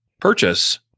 purchase